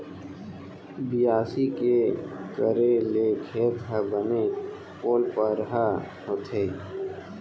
बियासी के करे ले खेत ह बने पोलपरहा होथे